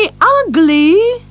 ugly